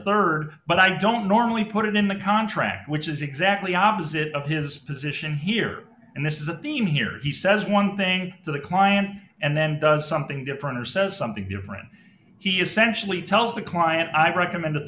a rd but i don't normally put it in the contract which is exactly opposite of his position here and this is the theme here he says one thing to the client and then does something different or says something different he essentially tells the client i recommend